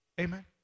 Amen